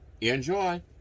Enjoy